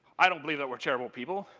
i don't believe that we're terrible people.